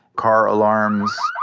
car alarms,